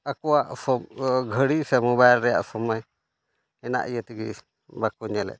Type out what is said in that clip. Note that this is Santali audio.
ᱟᱠᱚᱣᱟᱜ ᱜᱷᱟᱹᱲᱤ ᱥᱮ ᱢᱳᱵᱟᱭᱤᱞ ᱨᱮᱭᱟᱜ ᱥᱚᱢᱚᱭ ᱨᱮᱱᱟᱜ ᱤᱭᱟᱹ ᱛᱮᱜᱮ ᱵᱟᱠᱚ ᱧᱮᱞᱮᱫ ᱠᱚᱣᱟ